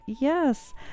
yes